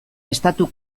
estatu